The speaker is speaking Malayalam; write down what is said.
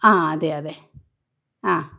ആ അതെ അതെ ആ